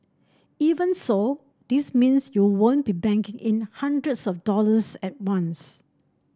even so this means you won't be banking in hundreds of dollars at once